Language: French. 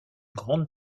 grande